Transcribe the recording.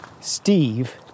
Steve